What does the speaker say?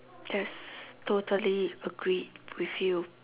yes totally agreed with you